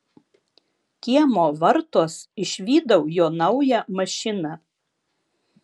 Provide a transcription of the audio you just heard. kiemo vartuos išvydau jo naują mašiną